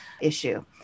issue